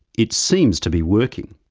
it seems to be working.